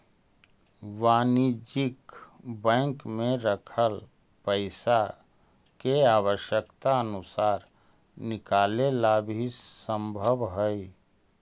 वाणिज्यिक बैंक में रखल पइसा के आवश्यकता अनुसार निकाले ला भी संभव हइ